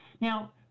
Now